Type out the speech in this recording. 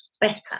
better